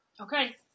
Okay